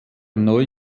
neu